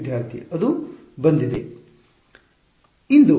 ವಿದ್ಯಾರ್ಥಿ ಅದು ಬಂದಿದೆ ಉಲ್ಲೇಖ ಸಮಯ 1743